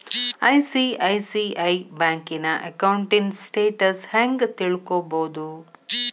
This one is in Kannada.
ಐ.ಸಿ.ಐ.ಸಿ.ಐ ಬ್ಯಂಕಿನ ಅಕೌಂಟಿನ್ ಸ್ಟೆಟಸ್ ಹೆಂಗ್ ತಿಳ್ಕೊಬೊದು?